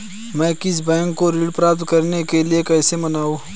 मैं किसी बैंक को ऋण प्राप्त करने के लिए कैसे मनाऊं?